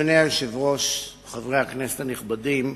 אדוני היושב-ראש, חברי הכנסת הנכבדים,